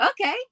okay